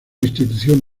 institución